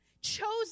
chosen